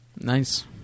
nice